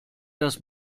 dass